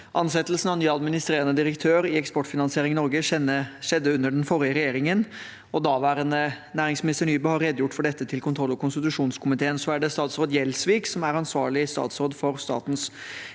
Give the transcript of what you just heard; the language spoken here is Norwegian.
Ansettelsen av ny administrerende direktør i Eksportfinansiering Norge skjedde under den forrige regjeringen, og daværende næringsminister Nybø har redegjort for dette til kontroll- og konstitusjonskomiteen. Det er statsråd Gjelsvik som er ansvarlig statsråd for statens